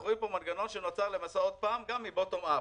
אנחנו רואים פה מנגנון שנוצר עוד פעם גם מ-bottom-up,